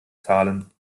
zahlen